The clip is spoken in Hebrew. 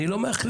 אני לא מאכלס,